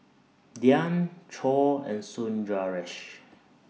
Dhyan Choor and Sundaresh